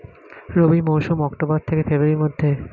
রবি মৌসুম অক্টোবর থেকে ফেব্রুয়ারির মধ্যে